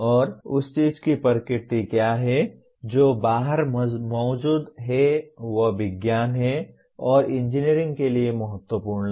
और उस चीज़ की प्रकृति क्या है जो बाहर मौजूद है वह विज्ञान है और इंजीनियरिंग के लिए महत्वपूर्ण है